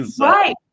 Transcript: Right